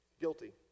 guilty